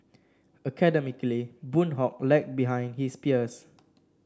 academically Boon Hock lagged behind his peers